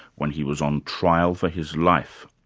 when he was on trial for his life.